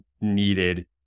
needed